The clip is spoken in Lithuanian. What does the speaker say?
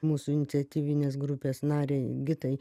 mūsų iniciatyvinės grupės narei gitai